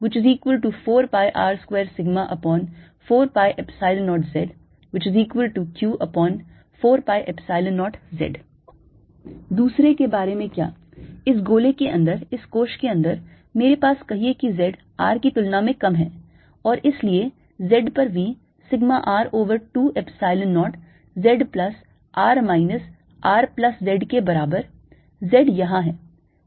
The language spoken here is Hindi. If zR VzσR20zzR zR2σR220z4πR24π0zQ4π0z दूसरे के बारे में क्या इस गोले के अंदर इस कोश के अंदर मेरे पास कहिए कि z R की तुलना में कम है और इसलिए z पर V sigma R over 2 Epsilon 0 z plus R minus R plus z के बराबर z यहाँ है